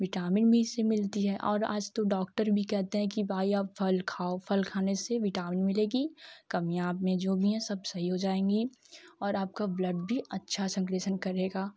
vitamin भी से मिलती है और आज तो डॉक्टर भी कहते हैं कि भाई आप फल खाओ फल खाने से विटामिन मिलेगी कमियाँ आप में जो भी है सब सही हो जाएंगी और आपका ब्लड भी अच्छा सर्कुलेशन करेगा